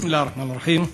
בסם אללה א-רחמאן א-רחים.